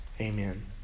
Amen